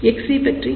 Xc பற்றி